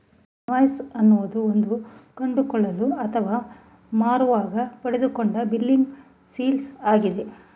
invoice ಅನ್ನೋದು ಒಂದು ಕೊಂಡುಕೊಳ್ಳೋ ಅಥವಾ ಮಾರುವಾಗ ಪಡೆದುಕೊಂಡ ಬಿಲ್ಲಿಂಗ್ ಸ್ಲಿಪ್ ಆಗಿದೆ